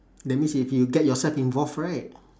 that means if you get yourself involved right